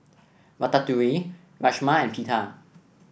Ratatouille Rajma and Pita